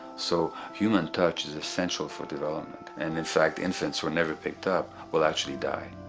so, human touch is essential for development and in fact, infants who are never picked up will actually die.